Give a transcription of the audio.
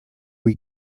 weak